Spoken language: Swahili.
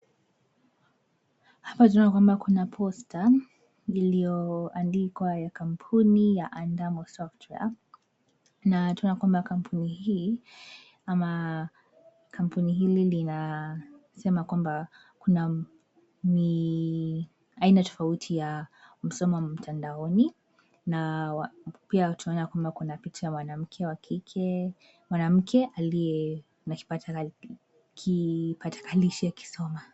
Hapa tunaona kwamba kuna posta iliyoandikwa ya kampuni ya adamo software. Na kampuni hiyo inasema kwamba ni aina tofauti ya masomo mtandaoni na pia kuna picha ya mwanamke aliye na kipakatalishi akisoma.